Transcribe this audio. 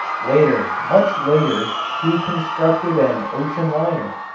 later, much later, he constructed an ocean liner.